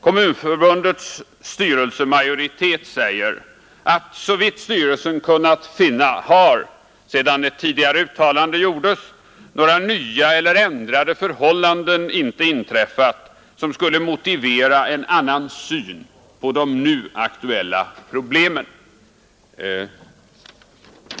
Kommunförbundets styrelsemajoritet säger att såvitt styrelsen kunnat finna har, sedan ett tidigare uttalande gjorts, några nya eller ändrade förhållanden inte inträffat som skulle motivera en annan syn på de nu aktuella problemen.